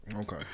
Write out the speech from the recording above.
Okay